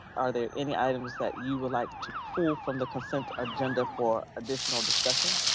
are there any items that you would like to pull from the consent agenda for additional discussion?